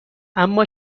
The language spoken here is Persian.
اما